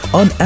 on